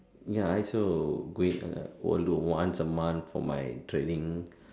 ya I so agree although once a month for my training